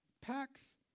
packs